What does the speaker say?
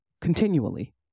Continually